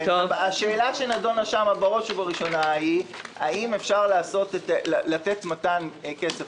השאלה שנדונה שם בראש ובראשונה היא האם אפשר לתת כסף